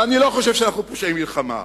ואני לא חושב שאנחנו פושעי מלחמה,